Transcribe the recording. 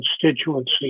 constituency